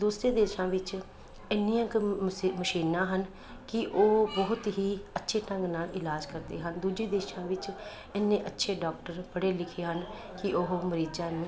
ਦੂਸਰੇ ਦੇਸ਼ਾਂ ਵਿੱਚ ਇੰਨੀਆਂ ਕੁ ਮਸ ਮਸ਼ੀਨਾਂ ਹਨ ਕਿ ਉਹ ਬਹੁਤ ਹੀ ਅੱਛੇ ਢੰਗ ਨਾਲ ਇਲਾਜ ਕਰਦੇ ਹਨ ਦੂਜੇ ਦੇਸ਼ਾਂ ਵਿੱਚ ਇੰਨੇ ਅੱਛੇ ਡਾਕਟਰ ਪੜ੍ਹੇ ਲਿਖੇ ਹਨ ਕਿ ਉਹ ਮਰੀਜ਼ਾਂ ਨੂੰ